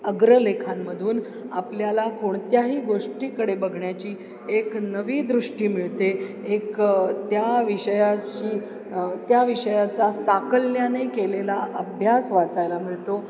अग्रलेखांमधून आपल्याला कोणत्याही गोष्टीकडे बघण्याची एक नवी दृष्टी मिळते एक त्या विषयाशी त्या विषयाचा साकल्याने केलेला अभ्यास वाचायला मिळतो